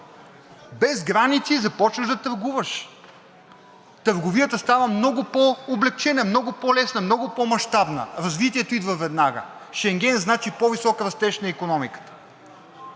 Без граници започваш да търгуваш. Търговията става много по-облекчена, много по-лесна, много по-мащабна, развитието идва веднага. Шенген значи по-висок растеж на икономиката.